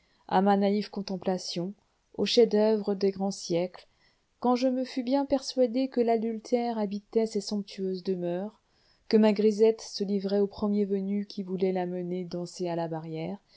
à ma naïve contemplation aux chefs-d'oeuvre des grands siècles quand je me fus bien persuadé que l'adultère habitait ces somptueuses demeures que ma grisette se livrait au premier venu qui voulait la mener danser à la barrière